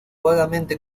vagamente